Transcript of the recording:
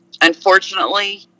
Unfortunately